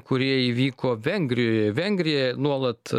kurie įvyko vengrijoje vengrija nuolat